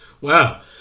Wow